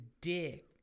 dick